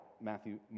Matthew